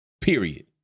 Period